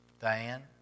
Diane